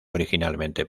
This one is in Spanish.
originalmente